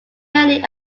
mainly